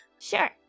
Sure